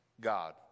God